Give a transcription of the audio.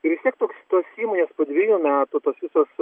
ir vis tiek toks tos įmonės po dvejų metų tos visos